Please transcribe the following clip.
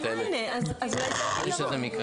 שהיה מושחר.